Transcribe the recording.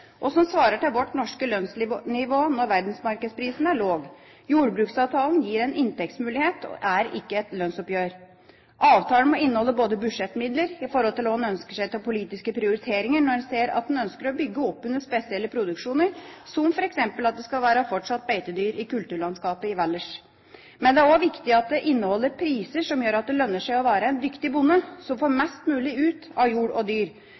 og som svarer til vårt norske lønnsnivå når verdensmarkedsprisen er lav. Jordbruksavtalen gir en inntektsmulighet og er ikke et lønnsoppgjør. Avtalen må inneholde budsjettmidler i forhold til hva en ønsker seg av politiske prioriteringer når en ser at en ønsker å bygge opp under spesielle produksjoner, som f.eks. at det fortsatt skal være beitedyr i kulturlandskapet i Valdres. Men det er også viktig at det inneholder priser som gjør at det lønner seg å være en dyktig bonde som får mest mulig ut av jord og dyr.